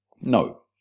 no